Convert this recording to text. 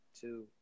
Two